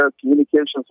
communications